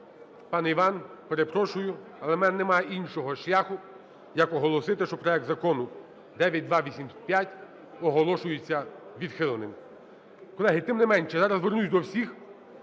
Пане Іван, перепрошую, але у мене нема іншого шляху, як оголосити, що проект Закону 9285 оголошується відхиленим. Колеги, тим не менше, зараз звернусь до всіх